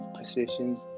positions